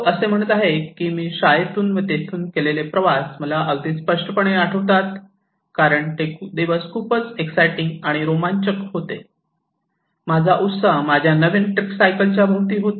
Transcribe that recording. तो असे म्हणत आहे की मी शाळेतून व तेथून केलेले प्रवास मला अगदी स्पष्टपणे आठवते कारण ते खूपच एक्ससायटिंग रोमांचक होते माझा उत्साह माझ्या नवीन ट्रिकसायकलच्या भोवती होता